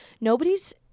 Nobody's